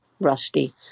Rusty